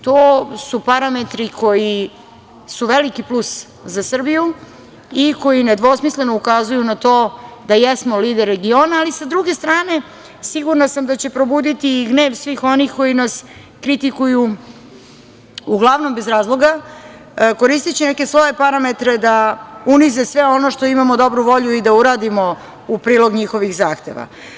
To su parametri koji su veliki plus za Srbiju i koji nedvosmisleno ukazuju na to da jesmo lider regiona, ali sa druge strane, sigurna sam da će probuditi i gnev svih onih koji nas kritikuju, uglavnom, bez razloga, koristeći neke svoje parametre da unize sve ono što imamo, dobru volju i da uradimo u prilog njihovih zahteva.